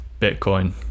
bitcoin